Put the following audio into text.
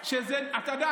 תראה,